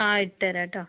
ആ ഇട്ടരാട്ടോ